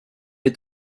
est